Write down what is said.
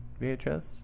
VHS